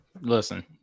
Listen